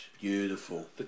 Beautiful